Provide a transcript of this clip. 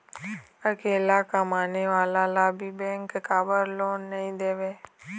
अकेला कमाने वाला ला भी बैंक काबर लोन नहीं देवे?